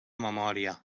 memòria